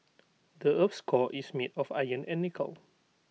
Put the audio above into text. the Earth's core is made of iron and nickel